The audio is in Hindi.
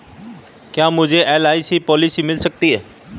क्या मुझे एल.आई.सी पॉलिसी मिल सकती है?